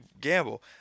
gamble